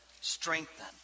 Strengthen